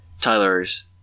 Tyler's